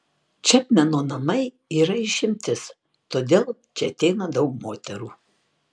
čepmeno namai yra išimtis todėl čia ateina daug moterų